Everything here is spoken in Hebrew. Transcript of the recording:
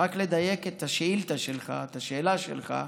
רק לדייק את השאילתה שלך, את השאלה שלך,